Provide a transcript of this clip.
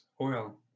oil